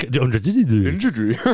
Injury